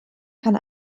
kann